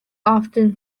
often